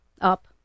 up